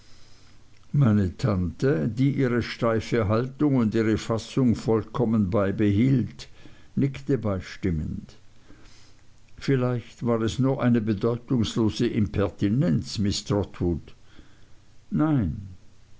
meine tante die ihre steife haltung und ihre fassung vollkommen beibehielt nickte beistimmend vielleicht war es nur eine bedeutungslose impertinenz miß trotwood nein